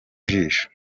ijisho